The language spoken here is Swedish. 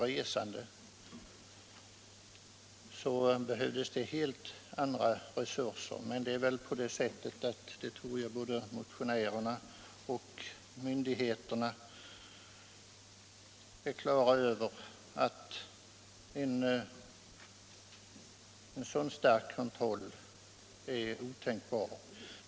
Både motionärer och myndigheter torde väl vara på det klara med att en sådan kontroll är otänkbar.